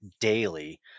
daily